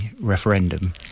referendum